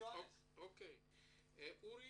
אורי